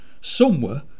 Somewhere